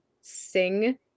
sing